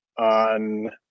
on